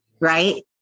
right